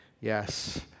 yes